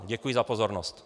Děkuji za pozornost.